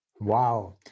Wow